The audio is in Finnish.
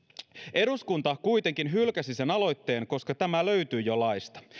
eduskunta kuitenkin hylkäsi sen aloitteen koska tämä löytyi jo laista